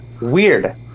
Weird